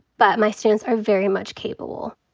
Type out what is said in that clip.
but my students are very much capable.